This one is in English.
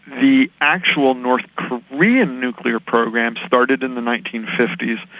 the actual north korean nuclear program started in the nineteen fifty s,